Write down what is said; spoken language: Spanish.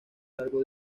largo